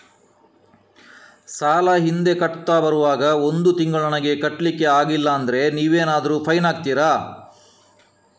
ಸಾಲ ಹಿಂದೆ ಕಟ್ಟುತ್ತಾ ಬರುವಾಗ ಒಂದು ತಿಂಗಳು ನಮಗೆ ಕಟ್ಲಿಕ್ಕೆ ಅಗ್ಲಿಲ್ಲಾದ್ರೆ ನೀವೇನಾದರೂ ಫೈನ್ ಹಾಕ್ತೀರಾ?